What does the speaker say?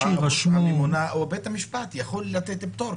הממונה או שבית המשפט יכול לתת פטור.